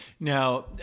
Now